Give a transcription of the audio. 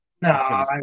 no